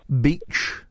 Beach